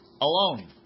alone